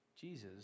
Jesus